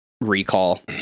recall